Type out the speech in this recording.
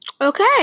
Okay